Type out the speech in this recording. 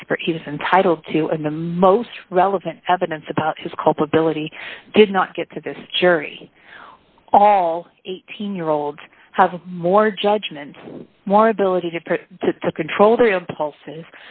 expert he was entitled to and the most relevant evidence about his culpability did not get to this jury all eighteen year olds have more judgment more ability to put to control their impuls